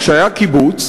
כשהיה קיבוץ,